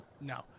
No